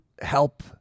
help